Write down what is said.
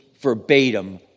verbatim